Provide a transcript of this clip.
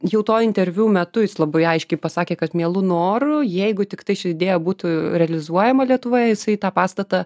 jau to interviu metu jis labai aiškiai pasakė kad mielu noru jeigu tiktai ši idėja būtų realizuojama lietuvoje jisai tą pastatą